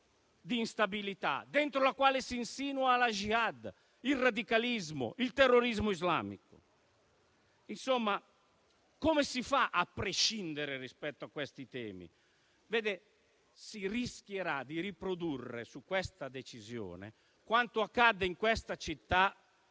di instabilità, dentro la quale si insinuano la *jihad*, il radicalismo, il terrorismo islamico. Insomma, come si fa a prescindere rispetto a questi temi? Si rischierà di riprodurre su questa decisione quanto accadde in questa città